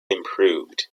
improved